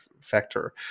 factor